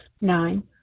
Nine